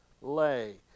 lay